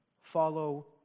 follow